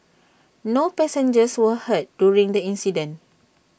no passengers were hurt during the incident